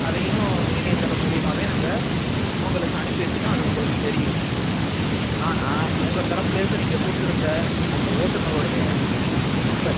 அதையும் இணையதளம் மூலியமாகவே நாங்கள் உங்களுக்கு அனுப்பி வச்சிட்டோம் அது உங்களுக்கு தெரியும் ஆனால் உங்கள் தரப்பில் இருந்து நீங்கள் கொடுத்துருந்த அந்த ஓட்டுநருடைய நம்பர்